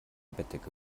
bettdecke